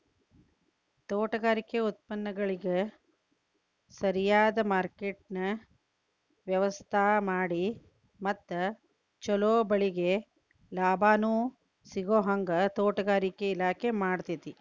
ತೋಟಗಾರಿಕೆ ಉತ್ಪನ್ನಗಳಿಗ ಸರಿಯದ ಮಾರ್ಕೆಟ್ನ ವ್ಯವಸ್ಥಾಮಾಡಿ ಮತ್ತ ಚೊಲೊ ಬೆಳಿಗೆ ಲಾಭಾನೂ ಸಿಗೋಹಂಗ ತೋಟಗಾರಿಕೆ ಇಲಾಖೆ ಮಾಡ್ತೆತಿ